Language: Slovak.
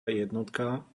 jednotka